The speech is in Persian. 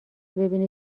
ببینی